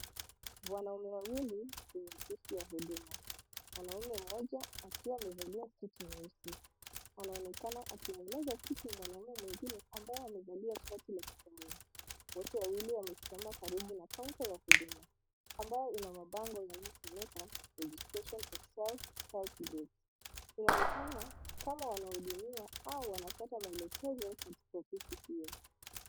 Wanaume wawili kwenye ofisi ya huduma. Mwanaume mmoja akiwa amevaa suti nyeusi, anaonekana akieleza kitu mwanaume mwingine ambaye amevaa shati na suruali. Wote wawili wamesimama karibu na kaunta ya huduma ambayo ina mabango yanayosomeka registration of self help groups . Inaonekana kama wanahudumiwa au wanapata maelekezo katika ofisi hiyo.